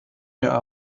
mir